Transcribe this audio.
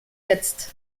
jetzt